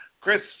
Chris